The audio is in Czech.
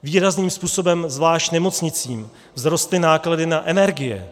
Výrazným způsobem, zvlášť nemocnicím, vzrostly náklady na energie.